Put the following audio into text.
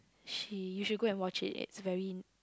she you should go and watch it it's very